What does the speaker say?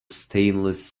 stainless